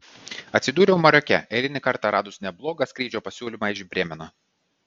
atsidūriau maroke eilinį kartą radus neblogą skrydžio pasiūlymą iš brėmeno